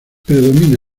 predomina